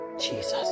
Jesus